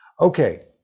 Okay